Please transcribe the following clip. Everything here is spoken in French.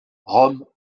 rome